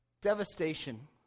devastation